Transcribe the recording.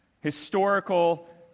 historical